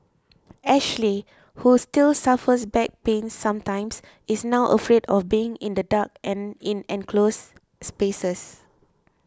Ashley who still suffers back pains sometimes is now afraid of being in the dark and in enclosed spaces